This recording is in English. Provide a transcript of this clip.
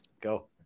go